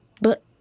But